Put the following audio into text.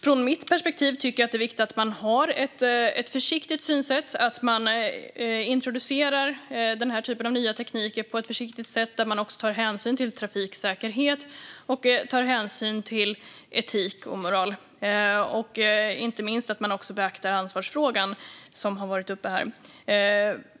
Från mitt perspektiv tycker jag att det är viktigt att man har ett försiktigt synsätt och att man introducerar denna typ av ny teknik på ett försiktigt sätt där man också tar hänsyn till trafiksäkerhet, etik och moral. Det gäller inte minst att man också beaktar ansvarsfrågan, som har varit uppe här.